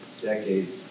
decades